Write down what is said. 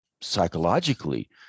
psychologically